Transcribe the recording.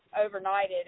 overnighted